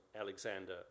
Alexander